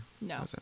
No